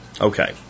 Okay